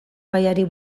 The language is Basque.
gaiari